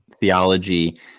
theology